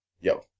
Yo